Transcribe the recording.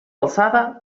alçada